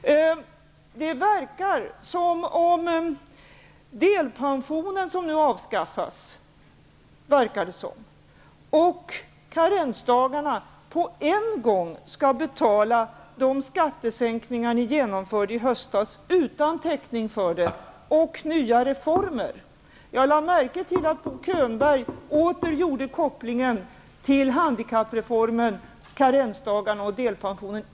Det verkar som om avskaffandet av delpensionen och karensdagarna på en gång skall betala de skattesänkningar och nya reformer ni genomförde i höstas utan täckning. Jag lade märke till att Bo Könberg åter gjorde kopplingen till handikappreformen, karensdagarna och delpensionen.